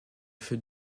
feux